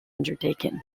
undertaken